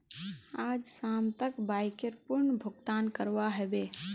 आइज शाम तक बाइकर पूर्ण भुक्तान करवा ह बे